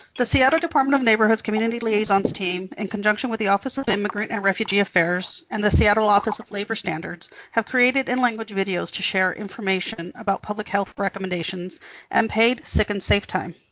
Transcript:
the seattle department of neighborhoods community liaisons team, in conjunction with the office of immigrant and refugee affairs and the seattle office of labor standards, have created in language videos to share information about public health recommendations and paid sick and safe time.